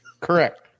Correct